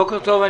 בוקר טוב.